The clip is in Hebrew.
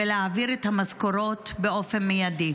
ולהעביר את המשכורות באופן מיידי?